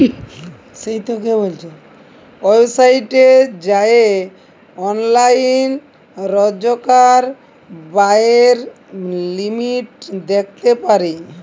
ওয়েবসাইটে যাঁয়ে অললাইল রজকার ব্যয়ের লিমিট দ্যাখতে পারি